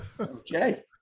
Okay